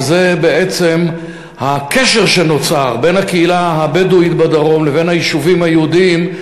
וזה בעצם הקשר שנוצר בין הקהילה הבדואית בדרום לבין היישובים היהודיים,